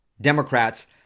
Democrats